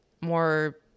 more